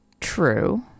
True